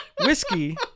whiskey